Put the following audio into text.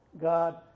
God